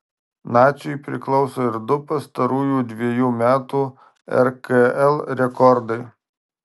naciui priklauso ir du pastarųjų dvejų metų rkl rekordai